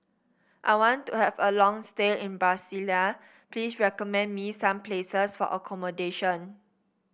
I want to have a long stay in Brasilia please recommend me some places for accommodation